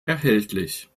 erhältlich